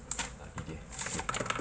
okay